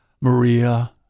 Maria